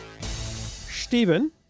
Stephen